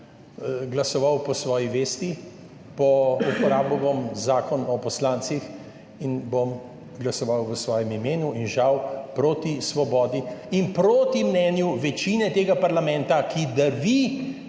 glasoval po svoji vesti, uporabil bom Zakon o poslancih in bom glasoval v svojem imenu in žal proti Svobodi in proti mnenju večine tega parlamenta, ki drvi